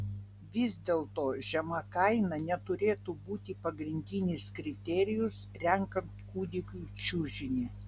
vis dėlto žema kaina neturėtų būti pagrindinis kriterijus renkant kūdikiui čiužinį